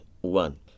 one